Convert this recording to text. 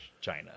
China